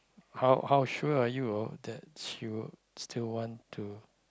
how how sure are you of that she will still want to